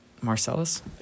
Marcellus